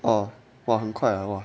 oh !wah! 很快了 !wah!